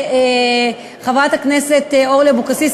חברת הכנסת אורלי אבקסיס,